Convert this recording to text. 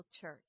church